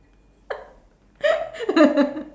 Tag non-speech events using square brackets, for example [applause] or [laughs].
[laughs]